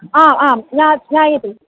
आ आम् ज्ञा ज्ञायते